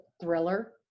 thriller